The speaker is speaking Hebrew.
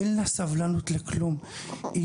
אין לה סבלנות לכלום.